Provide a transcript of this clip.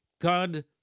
God